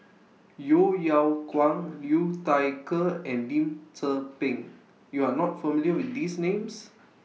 Yeo Yeow Kwang Liu Thai Ker and Lim Tze Peng YOU Are not familiar with These Names